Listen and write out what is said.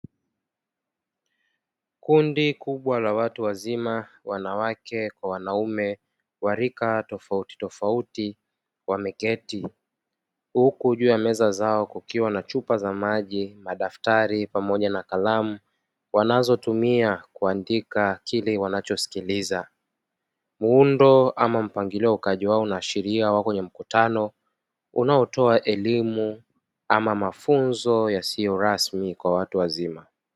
Kundi kubwa la watu wazima wanawake kwa wanaume wa rika tofauti tofauti wameketi huku juu ya meza zao kukiwa na chupa za maji, madaftari pamoja na kalamu wanazotumia kuandika kile wanachosikiliza. Muundo ama mpangilio wa ukaaji wao unaashiria wako kwenye mkutano unaotoa elimu ama mafunzo yasiyo rasmi kwa watu wazima.